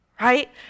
right